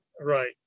Right